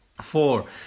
four